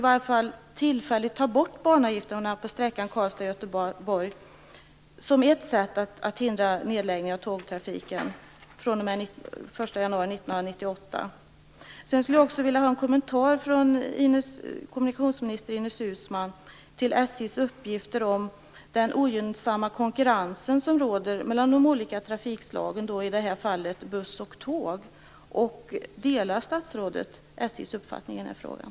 Jag skulle också vilja ha en kommentar från kommunikationsminister Ines Uusmann till SJ:s uppgifter om den ogynnsamma konkurrens som råder bland de olika trafikslagen, i det här fallet buss och tåg. Delar statsrådet SJ:s uppfattning i den här frågan?